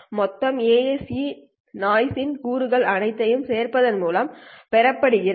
மொத்த ASE noise ம் இந்த கூறுகள் அனைத்தையும் சேர்ப்பதன் மூலம் பெறப்படுகிறது